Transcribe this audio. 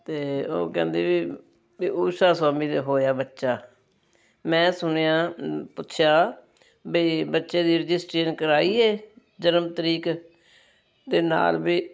ਅਤੇ ਉਹ ਕਹਿੰਦੀ ਵੀ ਵੀ ਉਸ਼ਾ ਸਵਾਮੀ ਦੇ ਹੋਇਆ ਬੱਚਾ ਮੈਂ ਸੁਣਿਆ ਪੁੱਛਿਆ ਬਈ ਬੱਚੇ ਦੀ ਰਜਿਸਟੀਨ ਕਰਵਾਈ ਹੈ ਜਨਮ ਤਰੀਕ ਅਤੇ ਨਾਲ ਵੀ